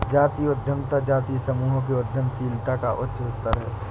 जातीय उद्यमिता जातीय समूहों के उद्यमशीलता का उच्च स्तर है